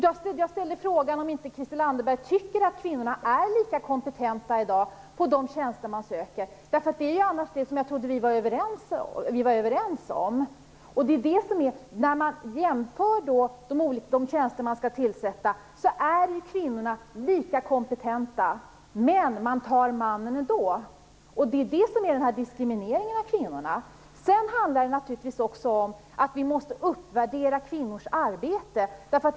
Jag ställde frågan om inte Christel Anderberg tycker att kvinnorna är lika kompetenta i dag på de tjänster de söker. Det trodde jag att vi var överens om. När man jämför i de fall tjänster skall tillsättas är kvinnorna lika kompetenta, men man tar mannen ändå. Det är detta som är diskrimineringen av kvinnorna. Sedan handlar det naturligtvis också om att vi måste uppvärdera kvinnors arbete.